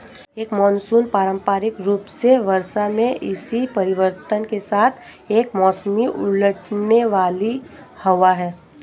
एक मानसून पारंपरिक रूप से वर्षा में इसी परिवर्तन के साथ एक मौसमी उलटने वाली हवा है